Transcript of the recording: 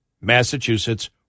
Massachusetts